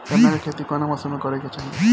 गन्ना के खेती कौना मौसम में करेके चाही?